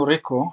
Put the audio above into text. נוריקו,